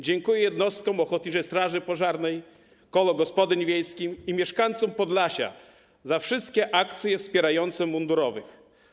Dziękuję jednostkom ochotniczej straży pożarnej, kołom gospodyń wiejskich i mieszkańcom Podlasia za wszystkie akcje wspierające mundurowych.